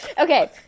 Okay